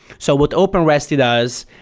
so what openresty does,